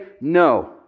no